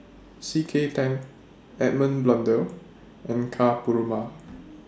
C K Tang Edmund Blundell and Ka Perumal